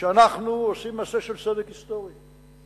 שאנחנו עושים מעשה של צדק היסטורי,